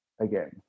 again